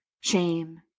shame